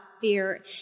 fear